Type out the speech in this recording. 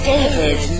David